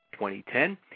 2010